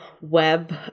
web